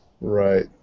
Right